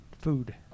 food